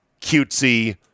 cutesy